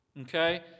okay